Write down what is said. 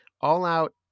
all-out